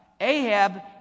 Ahab